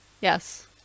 Yes